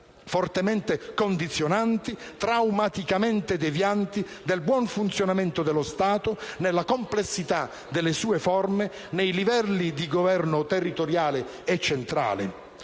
fortemente condizionanti, traumaticamente devianti del buon funzionamento dello Stato nella complessità delle sue forme, nei livelli di Governo territoriale e centrale.